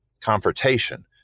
confrontation